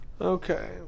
okay